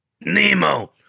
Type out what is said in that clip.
Nemo